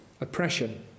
oppression